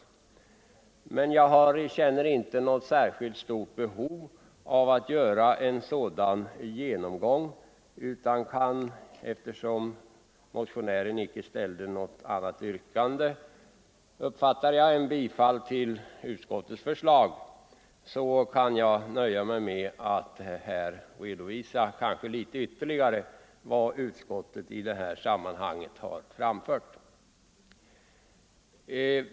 Men jag känner inte något stort behov av att göra en sådan genomgång utan kan, eftersom motionären såvitt jag uppfattade inte ställde något annat yrkande än om bifall till utskottets förslag, nöja mig med att litet ytterligare redovisa vad utskottet i detta sammanhang har framfört.